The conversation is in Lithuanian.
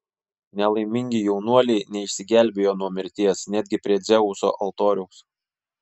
nelaimingi jaunuoliai neišsigelbėjo nuo mirties netgi prie dzeuso altoriaus